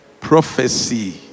Prophecy